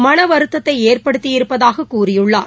மனவருத்ததைஏற்படுத்தியிருப்பதாககூறியுள்ளார்